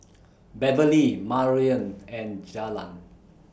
Beverley Marion and Jalon